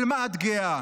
על מה את גאה?